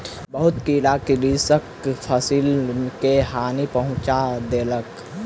बहुत कीड़ा कृषकक फसिल के हानि पहुँचा देलक